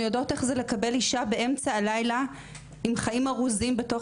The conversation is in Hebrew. אנחנו יודעות איך זה לקבל אישה באמצע הלילה עם חיים ארוזים בתוך